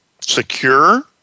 secure